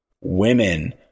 women